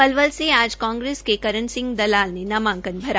पलवल से आज कांग्रेस के करन दलाल ने नामांकन भरा